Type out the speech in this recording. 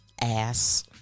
Ass